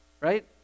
right